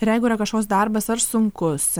ir jeigu yra kažkoks darbas ar sunkus